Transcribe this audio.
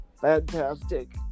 fantastic